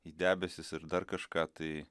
į debesis ir dar kažką tai